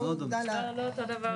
לא אותו דבר.